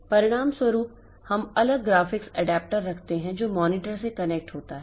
परिणामस्वरूप हम अलग ग्राफिक्स एडेप्टर रखते हैं जो मॉनिटर से कनेक्ट होता है